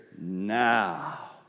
now